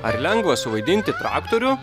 ar lengva suvaidinti traktorių